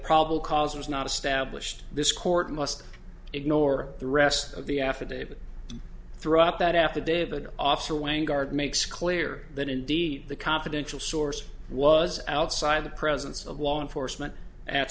probable cause was not established this court must ignore the rest of the affidavit throughout that affidavit officer wang guard makes clear that indeed the confidential source was outside the presence of law enforcement at